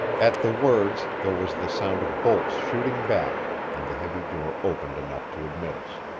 at the words there was the sound of bolts shooting back, and the heavy door opened enough to admit us.